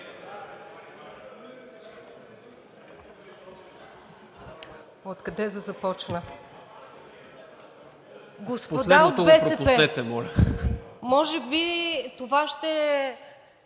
Откъде да започна? Господа от БСП, може би това ще